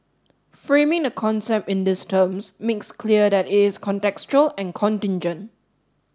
framing the concept in these terms makes clear that it is contextual and contingent